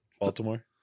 Baltimore